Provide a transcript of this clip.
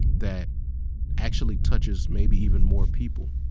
that actually touches maybe even more people.